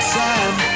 time